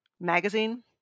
magazine